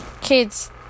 kids